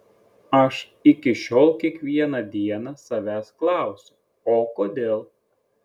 aš iki šiol kiekvieną dieną savęs klausiu o kodėl